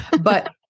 But-